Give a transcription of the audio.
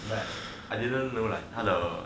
like I didn't know like 他的